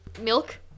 Milk